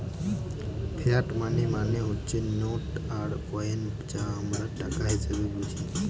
fiat money মানে হচ্ছে note আর কয়েন যা আমরা টাকা হিসেবে বুঝি